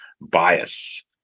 bias